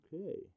Okay